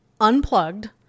unplugged